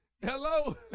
Hello